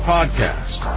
Podcast